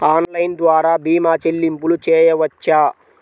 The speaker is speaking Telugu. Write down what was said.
ఆన్లైన్ ద్వార భీమా చెల్లింపులు చేయవచ్చా?